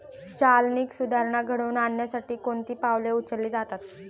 चालनीक सुधारणा घडवून आणण्यासाठी कोणती पावले उचलली जातात?